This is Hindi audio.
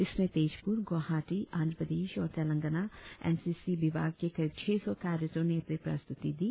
इसमें तेजपुर गुवाहाटी आंध्रप्रदेश और तेलंगाना एन सी विभाग के करीब छह सौ कैडेटों ने अपनी प्रस्तुती दी